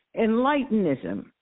Enlightenism